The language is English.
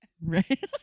Right